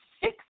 six